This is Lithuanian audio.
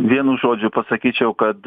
vienu žodžiu pasakyčiau kad